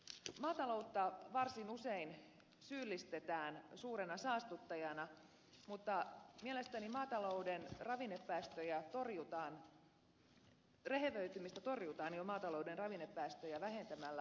maataloutta varsin usein syyllistetään suurena saastuttajana mutta mielestäni rehevöitymistä torjutaan jo maatalouden ravinnepäästöjä vähentämällä